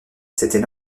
c’était